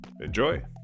enjoy